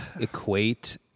equate